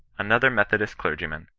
another methodist clergyman,